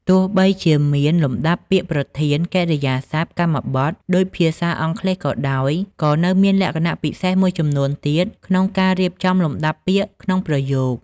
ទោះបីជាមានលំដាប់ពាក្យប្រធាន កិរិយាសព្ទ កម្មបទ ដូចភាសាអង់គ្លេសក៏ដោយ ក៏នៅមានលក្ខណៈពិសេសមួយចំនួនទៀតក្នុងការរៀបចំលំដាប់ពាក្យក្នុងប្រយោគ។